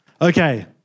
Okay